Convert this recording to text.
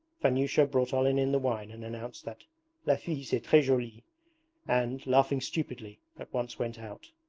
vanyusha brought olenin the wine and announced that la fille c'est tres joulie and, laughing stupidly, at once went out.